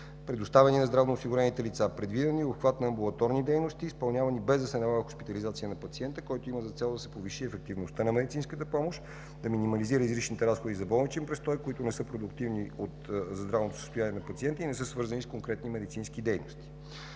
предоставяни на здравноосигурените лица. Предвиден е и обхват на амбулаторни дейности, изпълнявани без да се налага хоспитализация на пациента, който има за цел да се повиши ефективността на медицинската помощ и да минимализира излишните разходи за болничния престой, които не са продиктувани от здравното състояние на пациента и не са свързани с конкретни медицински дейности.